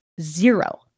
zero